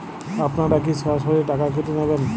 আপনারা কি সরাসরি টাকা কেটে নেবেন?